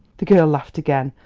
the girl laughed again,